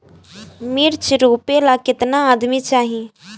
मिर्च रोपेला केतना आदमी चाही?